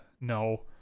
no